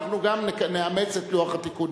אנחנו גם נאמץ את לוח התיקונים.